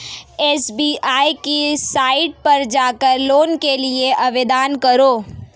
SBI की site पर जाकर लोन के लिए आवेदन करो